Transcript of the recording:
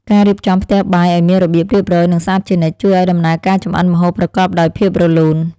ការរៀបចំផ្ទះបាយឱ្យមានរបៀបរៀបរយនិងស្អាតជានិច្ច ជួយឱ្យដំណើរការចម្អិនម្ហូបប្រកបដោយភាពរលូន។